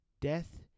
death